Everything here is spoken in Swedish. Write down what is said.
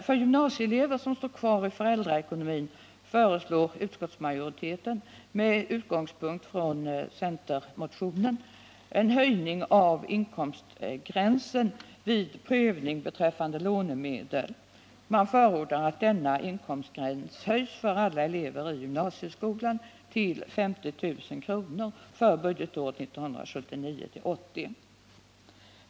För gymnasieelever som står kvar i föräldraekonomin föreslår utskottsmajoriteten, med utgångspunkt i centerpartimotionen, en höjning av inkomstgränsen vid prövning beträffande lånemedel. Man förordar att denna inkomstgräns för budgetåret 1979/80 höjs till 50 000 kr. för alla elever i gymnasieskolan.